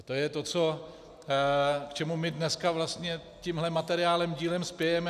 A to je to, k čemu my dneska vlastně tímhle materiálem dílem spějeme.